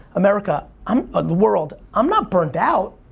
america, um ah the world, i'm not burnt out,